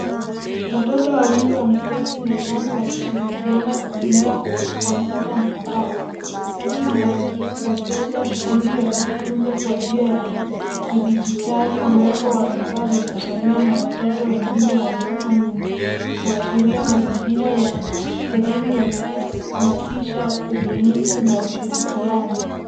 Watoto wawili wameketi mezani wakishirikiana kutumia kompyuta mpakato. Hali inadokeza shughuli ya kujifunza kwa njia ya kidigitali kuwepo vifaa vya kusomea na watoto wengine walioko nyuma kuashiria mazingira ya elimu yanayohamashisha ubunifu na ushirikiano.